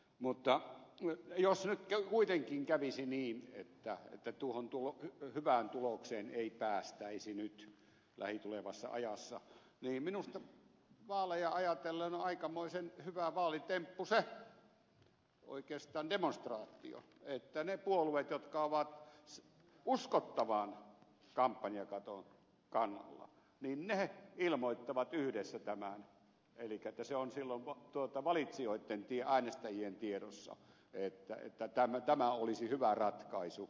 mutta jos nyt kuitenkin kävisi niin että tuohon hyvään tulokseen ei päästäisi nyt lähitulevassa ajassa niin minusta vaaleja ajatellen on aikamoisen hyvä vaalitemppu oikeastaan se demonstraatio että ne puolueet jotka ovat uskottavan kampanjakaton kannalla ilmoittavat yhdessä tämän elikkä että se on silloin valitsijoitten äänestäjien tiedossa että tämä olisi hyvä ratkaisu